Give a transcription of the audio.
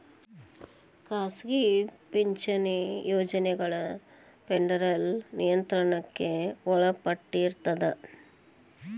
ಖಾಸಗಿ ಪಿಂಚಣಿ ಯೋಜನೆಗಳ ಫೆಡರಲ್ ನಿಯಂತ್ರಣಕ್ಕ ಒಳಪಟ್ಟಿರ್ತದ